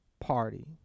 party